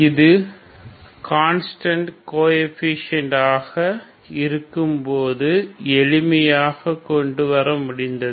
இது constant coefficient ஆக இருக்கும்போது எளிமையாக கொண்டுவர முடிந்தது